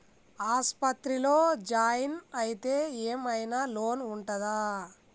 ఆస్పత్రి లో జాయిన్ అయితే ఏం ఐనా లోన్ ఉంటదా?